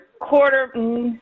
quarter